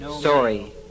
sorry